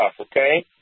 okay